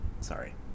Sorry